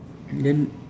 and then